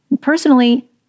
Personally